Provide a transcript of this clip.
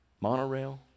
Monorail